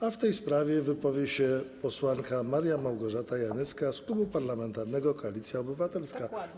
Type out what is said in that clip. A w tej sprawie wypowie się posłanka Maria Małgorzata Janyska z Klubu Parlamentarnego Koalicja Obywatelska.